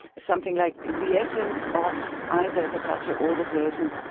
something like the essence of either the culture or the person.